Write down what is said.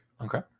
Okay